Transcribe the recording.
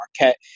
Marquette